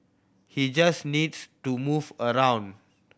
he just needs to move around